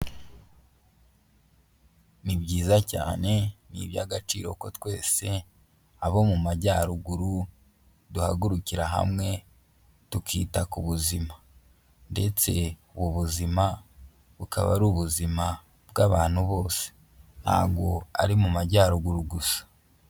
Ni byiza cyane, ni iby'agaciro ko twese abo mu Majyaruguru, duhagurukira hamwe tukita ku buzima ndetse ubu buzima, bukaba ari ubuzima bw'abantu bose ntago ari mu Majyaruguru gusa.